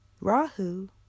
Rahu